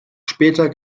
später